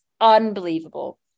Unbelievable